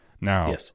Now